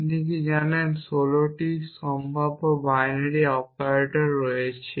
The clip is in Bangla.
আপনি কি জানেন যে ষোলটি সম্ভাব্য বাইনারি অপারেট রয়েছে